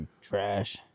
trash